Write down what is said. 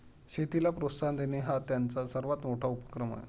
शेतीला प्रोत्साहन देणे हा त्यांचा सर्वात मोठा उपक्रम आहे